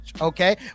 okay